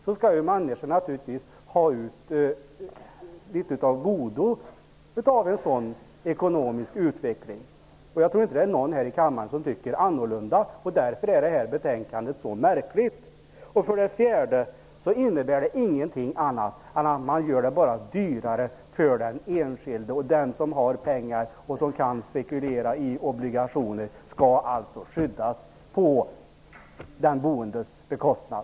En sådan ekonomisk utveckling skall naturligtvis litet grand komma människor till godo. Jag tror inte att någon i denna kammare tycker annorlunda. Därför är det här betänkandet mycket märkligt. För det fjärde innebär det här inte något annat än att man gör det dyrare för den enskilde. Den som har pengar och som kan spekulera i obligationer skall alltså skyddas på den boendes bekostnad.